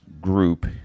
group